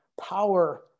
power